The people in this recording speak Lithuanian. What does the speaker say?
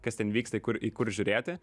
kas ten vyksta į kur į kur žiūrėti